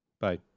Bye